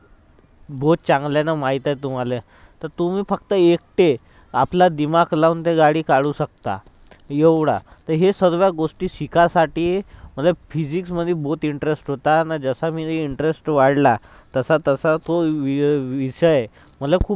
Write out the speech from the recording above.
बहुत चांगल्यानी माहित आहे तुम्हाला तर तुम्ही फक्त एकटे आपला दिमाग लावून ते गाडी काढू शकता एवढं तर हे सर्व गोष्टी शिकायसाठी मला फिजिक्समध्ये बहुत इंटरेस्ट होता आणि जसा मी इंटरेस्ट वाढला तसा तसा तो विषय मला खूप आवडला